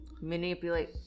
Manipulate